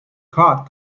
cod